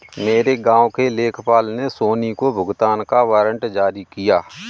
मेरे गांव के लेखपाल ने सोनी को भुगतान का वारंट जारी किया